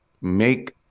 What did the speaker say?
make